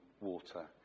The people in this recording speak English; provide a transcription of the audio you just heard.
water